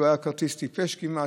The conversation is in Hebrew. הוא היה כרטיס טיפש כמעט,